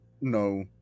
no